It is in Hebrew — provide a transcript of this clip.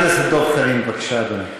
חבר הכנסת דב חנין, בבקשה, אדוני.